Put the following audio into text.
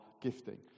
gifting